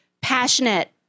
passionate